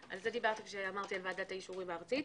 על זה דיברתי כשאמרתי: ועדת האישורים הארצית.